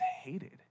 hated